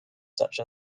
such